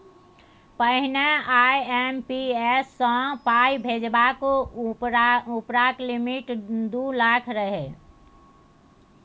पहिने आइ.एम.पी.एस सँ पाइ भेजबाक उपरका लिमिट दु लाख रहय